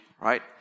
right